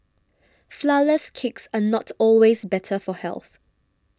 Flourless Cakes are not always better for health